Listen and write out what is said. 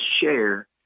share